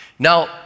Now